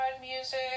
music